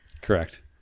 Correct